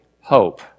hope